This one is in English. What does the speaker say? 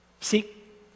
Seek